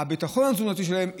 הביטחון התזונתי שלהם תשתנה.